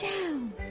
down